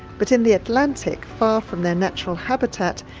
but in the atlantic, far from their natural habitat,